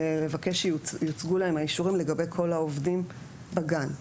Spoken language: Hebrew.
לבקש שיוצגו להם האישורים לגבי כל העובדים בגן.